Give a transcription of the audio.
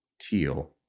teal